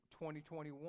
2021